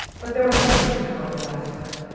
but there was no need to call the lascar.